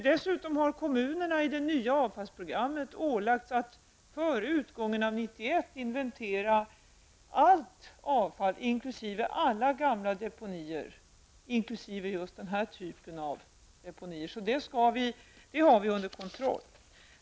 Dessutom har kommunerna i det nya avfallsprogrammet ålagts att före utgången av 1991 inventera allt avfall inkl. alla gamla deponeringar, också just den här typen av deponeringar. Detta har vi alltså under kontroll.